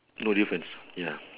no difference ya